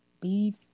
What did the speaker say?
beef